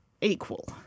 equal